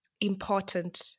important